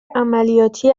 عملیاتی